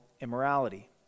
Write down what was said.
immorality